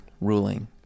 ruling